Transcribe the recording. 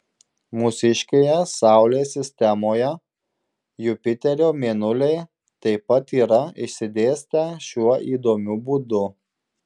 mūsiškėje saulės sistemoje jupiterio mėnuliai taip pat yra išsidėstę šiuo įdomiu būdu